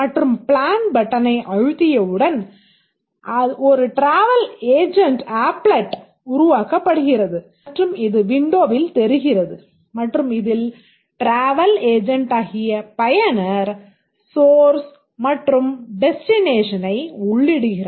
மற்றும் பிளான் பட்டனை அழுத்தியவுடன் ஒரு டிராவல் ஏஜென்ட் ஆப்லெட் உள்ளிடுகிறார்